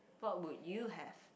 what would you have